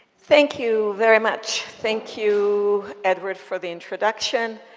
thank you very much. thank you, edward, for the introduction.